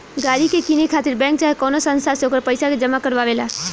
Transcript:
गाड़ी के किने खातिर बैंक चाहे कवनो संस्था से ओकर पइसा के जामा करवावे ला